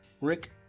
Rick